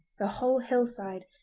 the whole hillside,